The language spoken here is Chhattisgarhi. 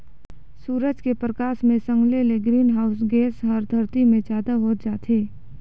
सूरज के परकास मे संघले ले ग्रीन हाऊस गेस हर धरती मे जादा होत जाथे